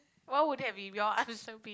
what would have be your answer be